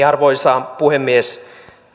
arvoisa puhemies